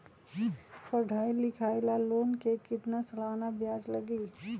पढाई लिखाई ला लोन के कितना सालाना ब्याज लगी?